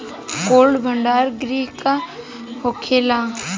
Cold भण्डार गृह का होखेला?